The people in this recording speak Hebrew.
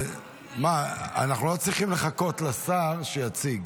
אנחנו לא צריכים לחכות לשר שיציג.